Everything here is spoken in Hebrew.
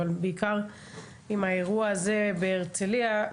אבל בעיקר עם האירוע הזה בהרצליה.